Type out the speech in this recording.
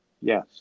Yes